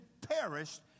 perished